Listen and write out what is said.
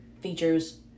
features